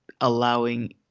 allowing